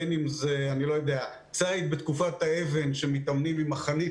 בין אם זה ציד בתקופת האבן שמתאמנים עם החנית